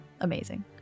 amazing